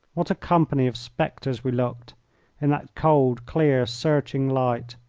what a company of spectres we looked in that cold, clear, searching light,